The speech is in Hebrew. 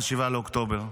מ-7 באוקטובר.